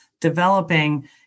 developing